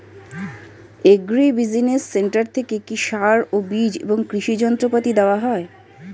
Agri business centre থেকে কি সার ও বিজ এবং কৃষি যন্ত্র পাতি দেওয়া হয়?